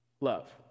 love